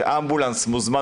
שאמבולנס מוזמן,